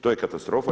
To je katastrofa.